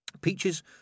Peaches